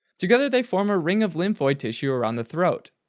together they form a ring of lymphoid tissue around the throat,